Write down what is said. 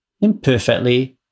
imperfectly